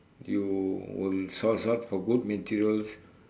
you will source out for good materials